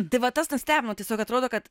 tai va tas nustebino tiesiog atrodo kad